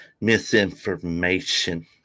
misinformation